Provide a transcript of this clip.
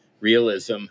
realism